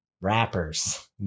rappers